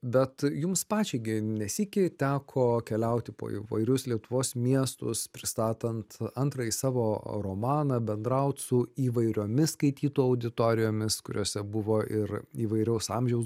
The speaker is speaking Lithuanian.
bet jums pačiai gi ne sykį teko keliauti po įvairius lietuvos miestus pristatant antrąjį savo romaną bendraut su įvairiomis skaitytų auditorijomis kuriose buvo ir įvairaus amžiaus